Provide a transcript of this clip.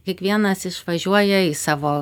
kiekvienas išvažiuoja į savo